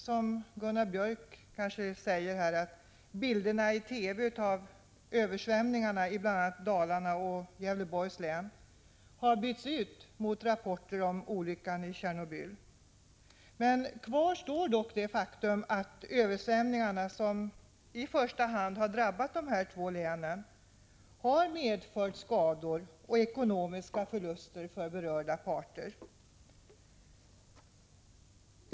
Som Gunnar Björk i Gävle sade är det väl riktigt att bilderna i TV av översvämningarna i bl.a. Kopparbergs län och Gävleborgs län har bytts ut mot rapporter om olyckan i Tjernobyl. Kvar står dock det faktum att översvämningarna, som i första hand har drabbat de nämnda två länen, har medfört skador och ekonomiska förluster för berörda parter.